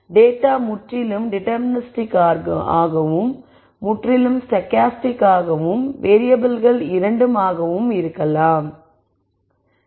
data முற்றிலும் deterministic ஆகவும் முற்றிலும் ஸ்டோகாஸ்டிக் ஆகவும் வேறியபிள்கள் இரண்டும் ஆக இருக்கலாம் எக்ஸ்ட்ரா etc